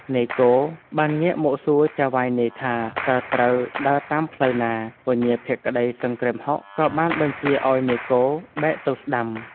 នាយគោបានងាកមកសួរចៅហ្វាយនាយថា តើត្រូវដើរតាមផ្លូវណា? ពញាភក្តីសង្គ្រាមហុក ក៏បានបញ្ជាឲ្យនាយគោ បែកទៅស្តាំ។